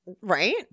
Right